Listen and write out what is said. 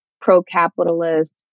pro-capitalist